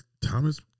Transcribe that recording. Thomas